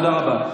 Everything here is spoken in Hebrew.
תודה רבה.